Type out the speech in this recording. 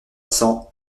cents